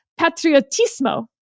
patriotismo